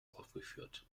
aufgeführt